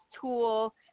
tool